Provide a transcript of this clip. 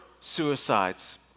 suicides